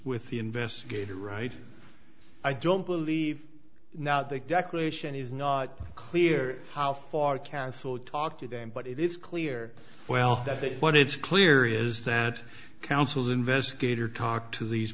with the investigator right i don't believe now that declaration is not clear how far can so talk to them but it is clear well that what it's clear is that counsel's investigator talked to these